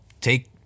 take